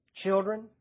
Children